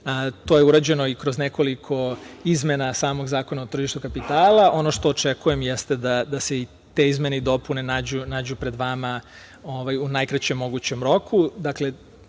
To je urađeno i kroz nekoliko izmena samog Zakona o tržištu kapitala. Ono što očekujem jeste da se i te izmene i dopune nađu pred vama u najkraćem mogućem